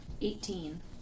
Eighteen